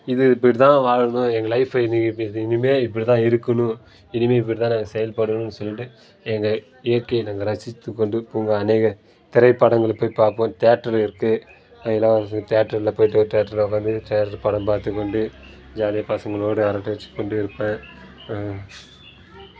இது இப்படிதான் வாழணும் எங்கள் லைஃப் இன்றைக்கி இப்படி இனிமேல் இப்படிதான் இருக்கணும் இனிமேல் இப்படிதான் நாங்கள் செயல்படணுன்னு சொல்லிட்டு எங்கள் இயற்கையை நாங்கள் ரசித்துக்கொண்டு போ அநேக திரைப்படங்களை போய் பார்ப்போம் தியேட்டர் இருக்குது அங்கே தியேட்டரில் போய்விட்டு தியேட்டரில் உட்காந்து தியேட்டர் படம் பார்த்துக்கொண்டு ஜாலியாக பசங்களோடு அரட்டை அடித்து கொண்டு இருப்பேன்